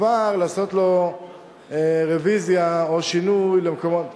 כבר לעשות לו רוויזיה או שינוי למקומות,